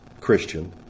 Christian